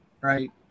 right